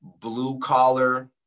blue-collar